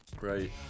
right